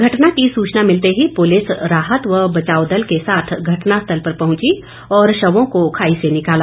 घटना की सूचना मिलते ही पुलिस राहत व बचाव दल के साथ घटना स्थल पर पहुंची और शवों को खाई से निकाला